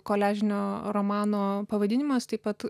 koliažinio romano pavadinimas taip pat